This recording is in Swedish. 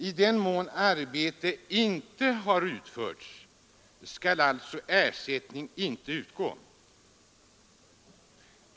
I den mån arbete inte har utförts skall alltså ersättning inte utgå.